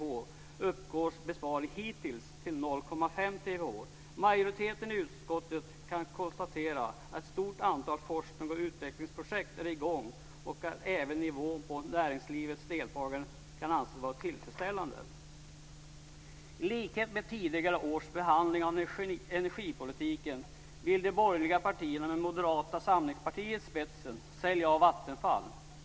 Hittills uppgår besparingen till 0,5 TWh. Majoriteten i utskottet kan konstatera att ett stort antal forsknings och utvecklingsprojekt är i gång och att även nivån avseende näringslivets deltagare kan anses vara tillfredsställande. I likhet med tidigare års behandling av energipolitiken vill de borgerliga partierna, med Moderata samlingspartiet i spetsen, sälja ut Vattenfall.